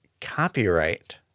copyright